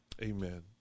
Amen